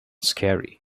scary